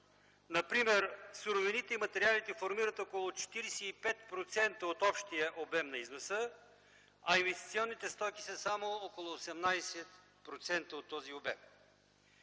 Например, суровините и материалите формират около 45% от общия обем на износа, а инвестиционните стоки са около 18% от този обем.